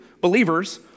believers